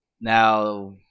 Now